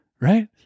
Right